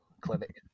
clinic